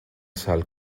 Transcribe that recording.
sal